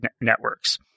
networks